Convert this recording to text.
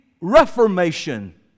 reformation